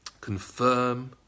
confirm